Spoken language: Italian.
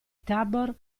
tabor